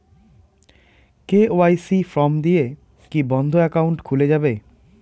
KYC form দিয়ে কি বন্ধ একাউন্ট খুলে যাবে?